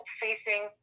facing